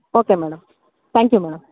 okay madam thank you madam